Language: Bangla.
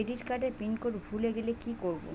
ক্রেডিট কার্ডের পিনকোড ভুলে গেলে কি করব?